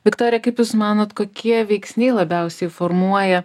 viktorija kaip jūs manot kokie veiksniai labiausiai formuoja